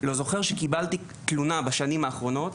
אני לא זוכר שקיבלתי תלונה בשנים האחרונות.